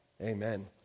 Amen